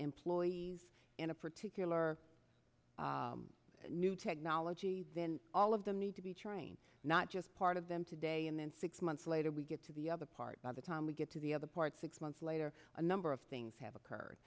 employees in a particular new technology then all of them need to be trained not just part of them today and then six months later we get to the other part by the time we get to the other parts months later a number of things have occurred